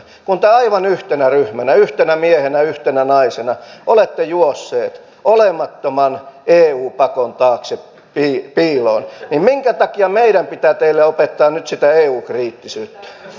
kun te aivan yhtenä ryhmänä yhtenä miehenä yhtenä naisena olette juosseet olemattoman eu pakon taakse piiloon niin minkä takia meidän pitää teille opettaa nyt sitä eu kriittisyyttä